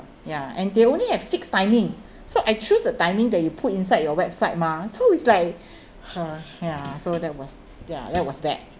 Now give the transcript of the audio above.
ya and they only have fixed timing so I choose the timing that you put inside your website mah so it's like hmm ya so that was ya that was bad